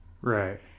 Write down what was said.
Right